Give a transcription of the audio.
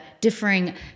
differing